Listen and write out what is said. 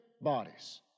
bodies